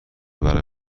برای